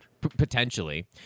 potentially